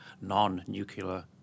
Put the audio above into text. non-nuclear